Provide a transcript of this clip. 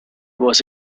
was